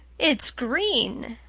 it's green!